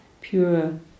pure